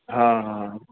हा हा